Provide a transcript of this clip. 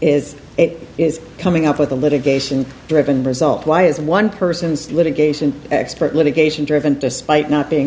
is it is coming up with a litigation driven result why is one person's litigation expert litigation driven despite not being